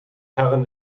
herren